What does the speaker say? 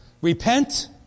Repent